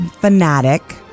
fanatic